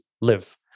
live